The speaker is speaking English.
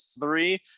Three